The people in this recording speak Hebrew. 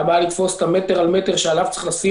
מה הבעיה לתפוס את המטר על מטר שעליו צריך לשים